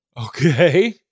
Okay